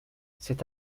cet